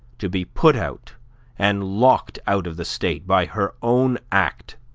to be put out and locked out of the state by her own act,